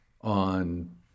on